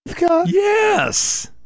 Yes